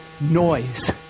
noise